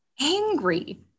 angry